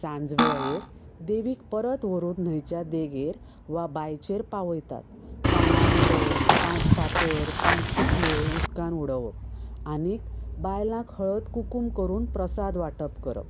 सांजवेळार देवीक परत व्हरून न्हंयच्या देगेर वा बांयचेर पावयतात पानां विडो पांच फातर पांच शिपल्यो उदकांत उडोवप आनी बायलांक हळद कुंकूम करून प्रसाद वाटप करप